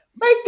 Make